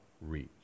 reach